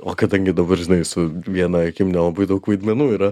o kadangi dabar žinai su viena akim nelabai daug vaidmenų yra